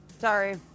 Sorry